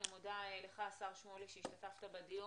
אני מודה לך השר שמולי שהשתתפת בדיון,